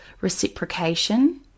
reciprocation